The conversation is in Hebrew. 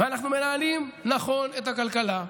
ואנחנו מנהלים נכון את הכלכלה,